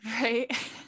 right